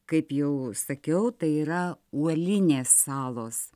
kaip jau sakiau tai yra uolinės salos